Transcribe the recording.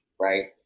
right